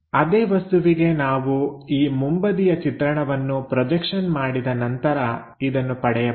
ಅದೇ ವಸ್ತುವಿಗೆ ನಾವು ಈ ಮುಂಬದಿಯ ಚಿತ್ರಣವನ್ನು ಪ್ರೊಜೆಕ್ಷನ್ ಮಾಡಿದ ನಂತರ ಇದನ್ನು ಪಡೆಯಬಹುದು